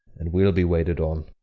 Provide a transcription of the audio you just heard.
and we'll be waited on.